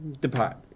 depart